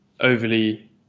overly